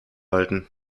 halten